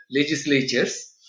legislatures